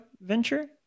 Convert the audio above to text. venture